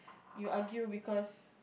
you argue because